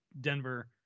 Denver